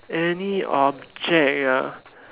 any object ah